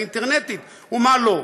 האינטרנטית ומה לא.